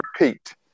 repeat